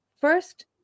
First